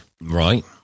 Right